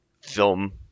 film